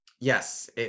Yes